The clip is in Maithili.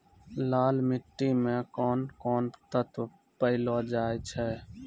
लाल मिट्टी मे कोंन कोंन तत्व पैलो जाय छै?